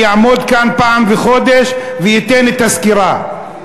אני אעמוד כאן פעם בחודש ואתן את הסקירה.